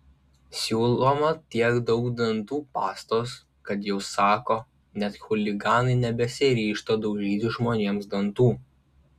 siūloma tiek daug dantų pastos kad jau sako net chuliganai nebesiryžta daužyti žmonėms dantų